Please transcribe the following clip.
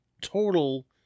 total